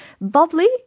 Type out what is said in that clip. bubbly